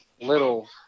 little